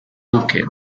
duque